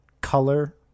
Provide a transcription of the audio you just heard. color